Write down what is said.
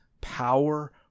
power